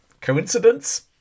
Coincidence